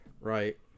Right